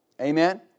Amen